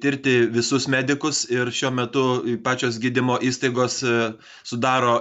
tirti visus medikus ir šiuo metu pačios gydymo įstaigos sudaro